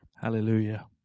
Hallelujah